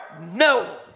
no